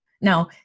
Now